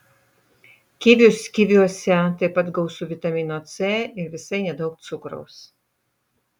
kivius kiviuose taip pat gausu vitamino c ir visai nedaug cukraus